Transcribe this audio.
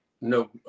no